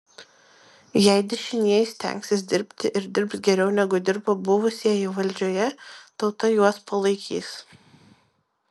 jei dešinieji stengsis dirbti ir dirbs geriau negu dirbo buvusieji valdžioje tauta juos palaikys